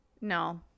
no